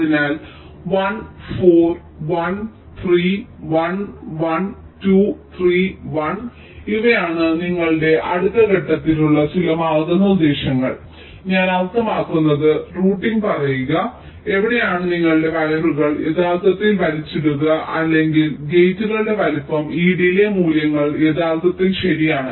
അതിനാൽ 1 4 1 3 1 1 2 3 1 ഇവയാണ് നിങ്ങളുടെ അടുത്ത ഘട്ടത്തിനുള്ള ചില മാർഗ്ഗനിർദ്ദേശങ്ങൾ ഞാൻ അർത്ഥമാക്കുന്നത് റൂട്ടിംഗ് പറയുക എവിടെയാണ് നിങ്ങളുടെ വയറുകൾ യഥാർത്ഥത്തിൽ വലിച്ചിടുക അല്ലെങ്കിൽ ഗേറ്റുകളുടെ വലുപ്പം ഈ ഡിലേയ് മൂല്യങ്ങൾ യഥാർത്ഥത്തിൽ ശരിയാണ്